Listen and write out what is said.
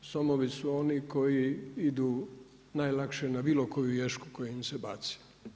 Somovi su oni koji idu najlakše na bilo koju ješku koja im se baci.